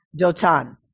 Dotan